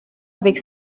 avec